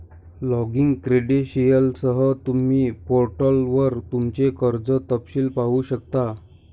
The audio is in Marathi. लॉगिन क्रेडेंशियलसह, तुम्ही पोर्टलवर तुमचे कर्ज तपशील पाहू शकता